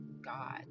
God